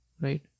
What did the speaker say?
right